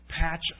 patch